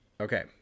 Okay